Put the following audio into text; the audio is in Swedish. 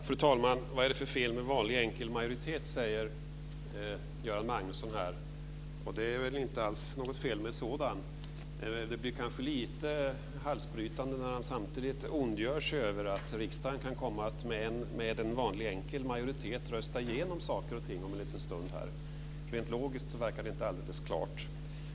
Fru talman! Vad är det för fel med vanlig enkel majoritet? frågar Göran Magnusson. Det är inte alls något fel med en sådan. Det blir kanske lite halsbrytande när han samtidigt ondgör sig över att riksdagen med vanlig enkel majoritet kan komma att rösta igenom saker och ting om en liten stund. Rent logiskt verkar det inte alldeles klart.